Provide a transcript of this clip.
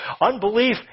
Unbelief